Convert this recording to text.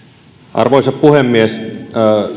arvoisa puhemies